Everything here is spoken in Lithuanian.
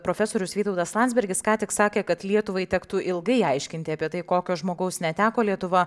profesorius vytautas landsbergis ką tik sakė kad lietuvai tektų ilgai aiškinti apie tai kokio žmogaus neteko lietuva